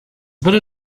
better